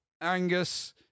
Angus